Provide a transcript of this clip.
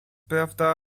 prawda